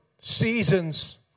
seasons